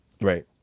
Right